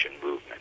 movement